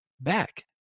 back